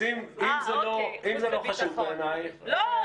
אז אם זה לא חשוב בעינייך --- לא,